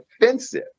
offensive